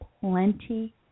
plenty